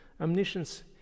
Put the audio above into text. omniscience